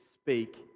speak